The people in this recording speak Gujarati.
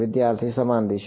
વિદ્યાર્થી સમાન દિશા